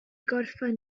gorffen